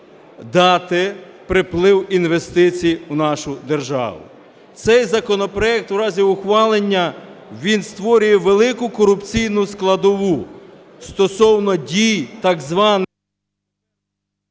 дати приплив інвестицій в нашу державу. Цей законопроект в разі ухвалення він створює велику корупційну складову стосовно дій так званих...